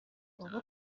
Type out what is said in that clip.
بابا